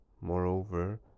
moreover